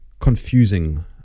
confusing